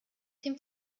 dem